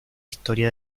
historia